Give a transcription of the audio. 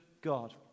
God